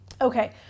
Okay